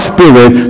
Spirit